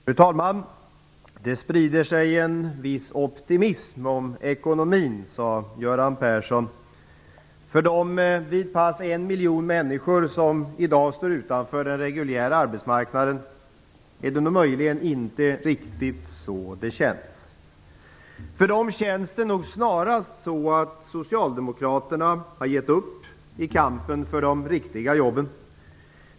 Fru talman! Det sprider sig en viss optimism om ekonomin, sade Göran Persson. För de vid pass en miljon människor som i dag står utanför den reguljära arbetsmarknaden är det nog inte riktigt så det känns. För dem känns det nog snarast som att Socialdemokraterna har gett upp kampen för de riktiga jobben.